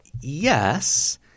Yes